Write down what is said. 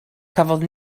cafodd